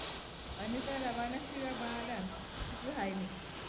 अनीता रवा ना शिरा बनाडानं शिकी हायनी